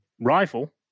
rifle